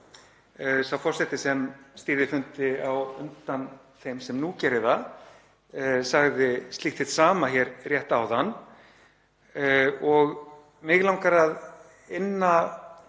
Sá forseti sem stýrði fundi á undan þeim sem nú gerir það sagði slíkt hið sama hér rétt áðan. Mig langar að inna